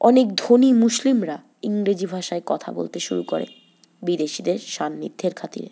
অনেক ধনী মুসলিমরা ইংরেজি ভাষায় কথা বলতে শুরু করে বিদেশীদের সান্নিধ্যের খাতিরে